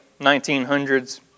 1900s